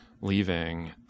leaving